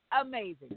amazing